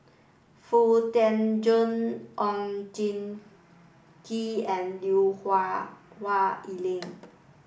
Foo Tee Jun Oon Jin Gee and Lui Hah Wah Elena